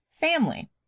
family